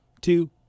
two